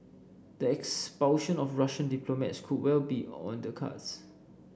the expulsion of Russian diplomats could well be on the cards